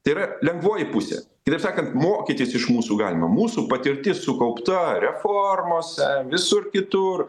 tai yra lengvoji pusė kitaip sakant mokytis iš mūsų galima mūsų patirtis sukaupta reformose visur kitur